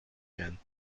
werden